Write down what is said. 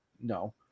no